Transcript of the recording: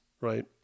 right